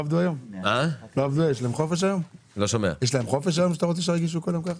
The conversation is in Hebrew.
יש להן חופש היום, שאתה רוצה שירגישו כל יום ככה?